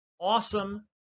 awesome